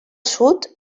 sud